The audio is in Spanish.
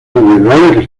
individuales